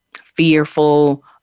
fearful